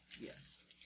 Yes